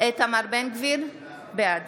איתמר בן גביר, בעד